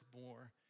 more